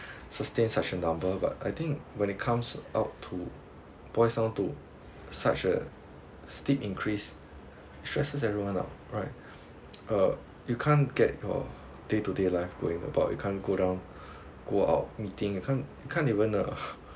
sustain such a number but I think when it comes up to boils down to such a steep increase stresses everyone out right uh you can't get your day to day life going about you cant go down go out meeting can't can't even uh